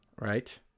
Right